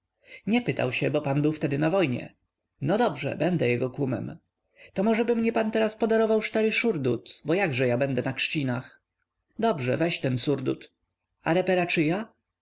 nie pytał się bo pan był wtedy na wojnie no dobrze będę jego kumem to możeby mnie pan teraż podarował sztary szurdut bo jakże ja będę na krzcinach dobrze weź ten surdut a